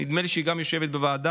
נדמה לי שהיא גם יושבת בוועדה,